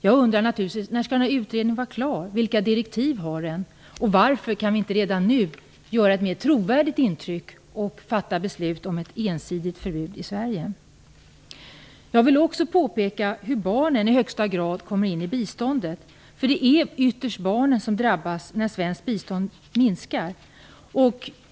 Jag undrar naturligtvis: När skall den här utredningen vara klar? Vilka direktiv har den? Varför kan vi inte redan nu göra ett mer trovärdigt intryck och fatta beslut om ett ensidigt förbud i Sverige? Jag vill också påpeka hur barnen i högsta grad kommer in i biståndet. Det är ytterst barnen som drabbas när svenskt bistånd minskar.